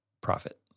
profit